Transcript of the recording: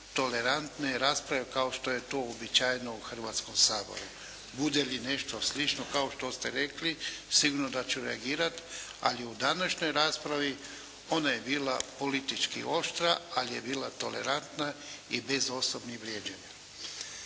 tolerantne rasprave kao što je to uobičajeno u Hrvatskom saboru. Bude li nešto slično, kao što ste rekli, sigurno da ću reagirati, ali u današnjoj raspravi, ona je bila politički oštra, ali je bila tolerantna i bez osobnih vrijeđanja.